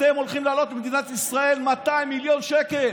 אתם הולכים לעלות למדינת ישראל 200 מיליון שקל.